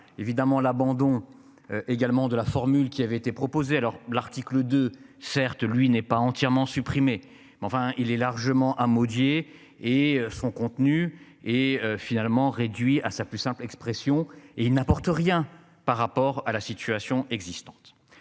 évidemment l'abandon. Également de la formule qui avait été proposés. Alors l'article de certes lui n'est pas entièrement supprimée mais enfin il est largement à modifier et son contenu et finalement réduit à sa plus simple expression et il n'apporte rien par rapport à la situation existante.